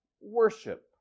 worship